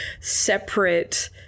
separate